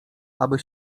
aby